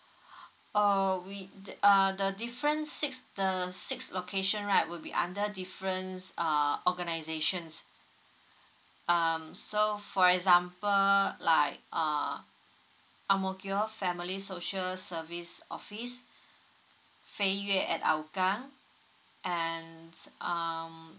uh we the err the different six the six location right will be under different uh organisations um so for example like uh ang mo kio family social service office fei yue at hougang and um